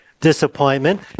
disappointment